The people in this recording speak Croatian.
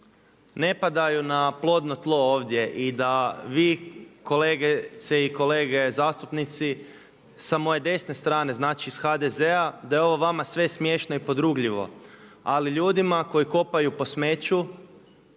ne padaju na plodno tlo ovdje i da vi kolegice i kolege zastupnici sa moje desne strane, znači iz HDZ-a da je ovo vama sve smiješno i podrugljivo ali ljudima koji kopaju po smeću,